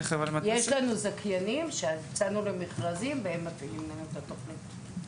יש לנו זכיינים שהצענו להם מכרזים והם מפעילים לנו את התכנית.